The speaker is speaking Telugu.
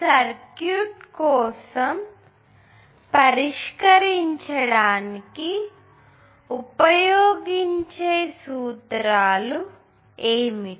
సర్క్యూట్ పరిష్కరించడానికి ఉపయోగించే సూత్రాలు ఏమిటి